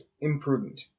imprudent